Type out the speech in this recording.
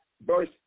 verse